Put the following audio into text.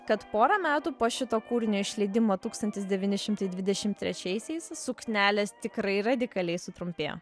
kad porą metų po šito kūrinio išleidimo tūkstantis devyni šimtai dvidešimt trečiaisiais suknelės tikrai radikaliai sutrumpėjo